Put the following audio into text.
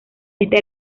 este